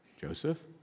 Joseph